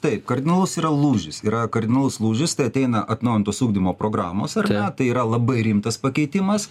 taip kardinalus yra lūžis yra kardinalus lūžis tai ateina atnaujintos ugdymo programos ar ne tai yra labai rimtas pakeitimas